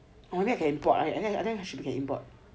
oh I think I can import I think you should be can import